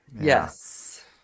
yes